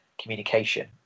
communication